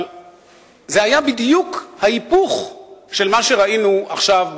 אבל זה היה בדיוק ההיפוך של מה שראינו עכשיו בהאיטי.